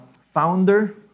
founder